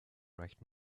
right